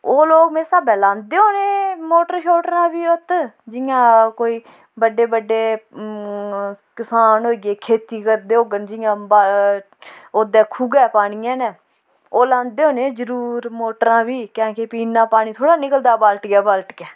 ते ओह् लोक मरे स्हाबै लांदे होने मोटर शोटरां फ्ही उत्त जियां कोई बड्डे बड्डे किसान होई गे खेती करदे होङन जियां ओह्दे खूहै पानियै कन्नै ओह् लांदे होने जरूर मोटरां बी क्योंकि फ्ही इ'न्ना पानी थोह्ड़ा निकलदा बालटियै बालटियै